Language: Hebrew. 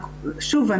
שוב,